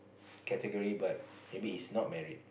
category but maybe he's not married